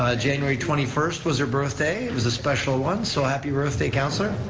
ah january twenty first was her birthday, it was a special one, so happy birthday, councilor.